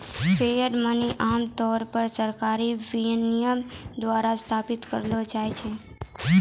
fiat money आम तौर पर सरकारी विनियमन द्वारा स्थापित करलो जाय छै